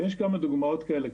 ויש כמה דוגמאות כאלה,